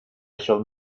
shall